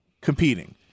competing